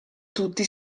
tutti